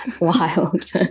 Wild